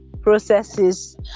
processes